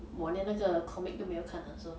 我连那个 comic 都没有看 ah so